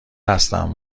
هستم